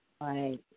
Right